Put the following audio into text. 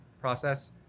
process